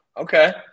okay